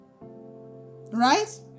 Right